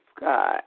God